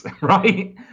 right